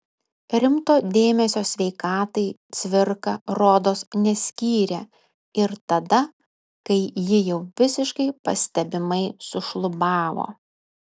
rimto dėmesio sveikatai cvirka rodos neskyrė ir tada kai ji jau visiškai pastebimai sušlubavo